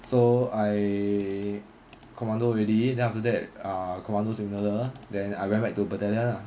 so I commando already then after that ah commando signaller then I went back to battalion ah